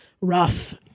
rough